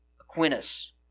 Aquinas